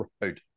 road